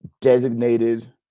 designated